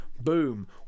boom